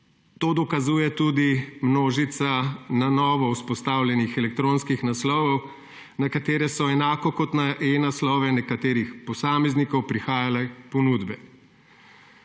to dokazuje tudi množica na novo vzpostavljenih elektronskih naslovov, na katere so, enako kot na e-naslove nekaterih posameznikov, prihajale ponudbe.